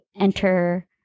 enter